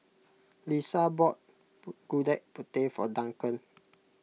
Lesa bought Gudeg Putih for Duncan